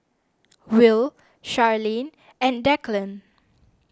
Will Charlene and Declan